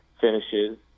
finishes